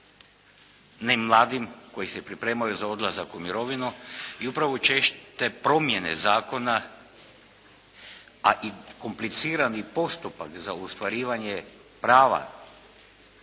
ne mladim koji se pripremaju za odlazak u mirovinu i upravo česte promjene zakona, a i komplicirani postupak za ostvarivanje prava